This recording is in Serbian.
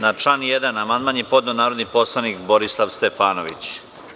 Na član 1. amandman je podneo narodni poslanik Borislav Stefanovića.